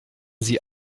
sie